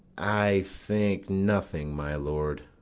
i think nothing, my lord.